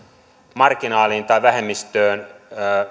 marginaaliin tai vähemmistöön